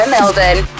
Melbourne